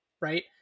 right